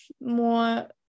more